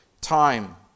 Time